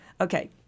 Okay